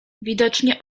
widocznie